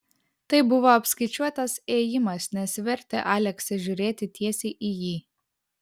tai buvo apskaičiuotas ėjimas nes vertė aleksę žiūrėti tiesiai į jį